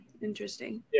interesting